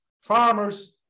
farmers